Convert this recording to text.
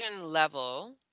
level